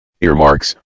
earmarks